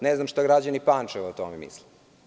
Ne znam šta građani Pančeva o tome misle.